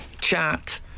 chat